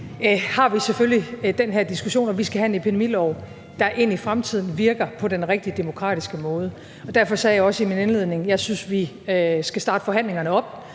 har vi selvfølgelig den her diskussion, og vi skal have en epidemilov, der ind i fremtiden virker på den rigtige, demokratiske måde. Derfor sagde jeg også i min indledning, at jeg synes, vi skal starte forhandlingerne op,